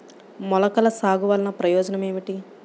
మొలకల సాగు వలన ప్రయోజనం ఏమిటీ?